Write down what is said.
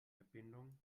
verbindung